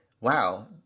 wow